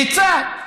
לצד,